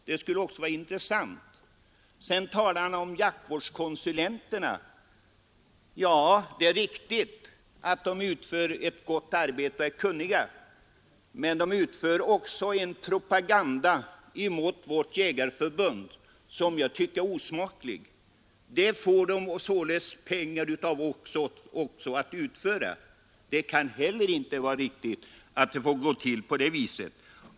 Det skulle vara intressant att få veta det. Herr Johansson talar sedan om jaktvårdskonsulenterna. Det är riktigt att de är kunniga och att de utför ett gott arbete, men de driver också en propaganda mot vårt jägarförbund, som jag tycker är osmaklig. De får således pengar från våra medlemmar till att utöva en sådan propaganda. Det kan inte vara riktigt att det får gå till på det viset.